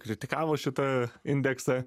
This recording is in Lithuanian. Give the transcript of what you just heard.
kritikavo šitą indeksą